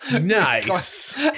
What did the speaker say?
Nice